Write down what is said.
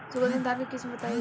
सुगंधित धान के किस्म बताई?